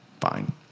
Fine